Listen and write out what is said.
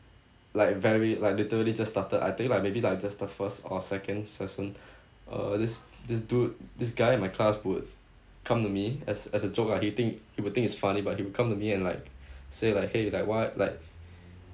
like very like literally just started I think like maybe like just the first or second session uh this this dude this guy in my class would come to me as as a joke ah he think he would think it's funny but he will come to me and like say like !hey! like what like